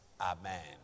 Amen